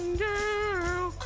girl